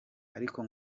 ariko